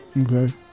Okay